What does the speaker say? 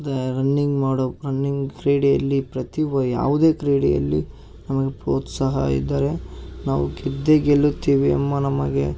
ಧರ್ನಿಂಗ್ ಮಾಡೋಕ್ಕೆ ರನ್ನಿಂಗ್ ಕ್ರೀಡೆಯಲ್ಲಿ ಪ್ರತಿಭಾ ಯಾವುದೇ ಕ್ರೀಡೆಯಲ್ಲಿ ನಮಗೆ ಪ್ರೋತ್ಸಾಹ ಇದ್ದರೆ ನಾವು ಗೆದ್ದೇ ಗೆಲ್ಲುತ್ತೀವಿ ಎಂಬ ನಮಗೆ